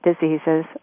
diseases